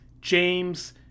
James